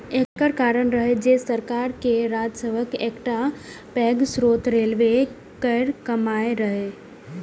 एकर कारण रहै जे सरकार के राजस्वक एकटा पैघ स्रोत रेलवे केर कमाइ रहै